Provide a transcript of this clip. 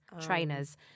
trainers